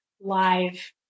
live